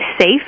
safe